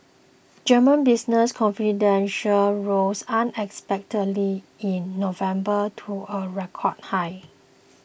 German business confidence rose unexpectedly in November to a record high